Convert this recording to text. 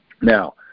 Now